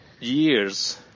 years